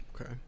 Okay